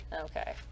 Okay